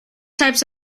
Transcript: types